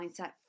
mindset